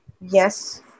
Yes